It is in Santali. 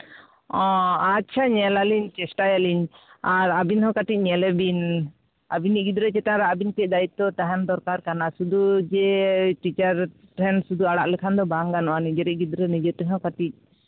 ᱚ ᱟᱪᱪᱷᱟ ᱧᱮᱞ ᱟᱹᱞᱤᱧ ᱪᱮᱥᱴᱟᱭᱟᱞᱤᱧ ᱟᱨ ᱟᱹᱵᱤᱱ ᱦᱚᱸ ᱠᱟᱹᱴᱤᱡ ᱧᱮᱞᱮᱵᱤᱱ ᱟᱹᱵᱤᱱᱤᱡ ᱜᱤᱫᱽᱨᱟᱹ ᱪᱮᱛᱟᱱᱨᱮ ᱟᱹᱵᱤᱱ ᱠᱟᱹᱡ ᱫᱟᱭᱤᱛᱛᱚ ᱛᱟᱦᱮᱱ ᱫᱚᱨᱠᱟᱨ ᱠᱟᱱᱟ ᱟᱨ ᱥᱩᱫᱷᱩ ᱡᱮ ᱴᱤᱪᱟᱨ ᱴᱷᱮᱱ ᱥᱩᱫᱷᱩ ᱟᱲᱟᱜ ᱞᱮᱠᱷᱟᱱ ᱫᱚ ᱵᱟᱝ ᱜᱟᱱᱚᱜᱼᱟ ᱱᱤᱡᱮᱭᱤᱡ ᱜᱤᱫᱽᱨᱟᱹ ᱱᱤᱡᱮ ᱛᱮᱦᱚᱸ ᱠᱟᱹᱴᱤᱡ